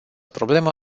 problemă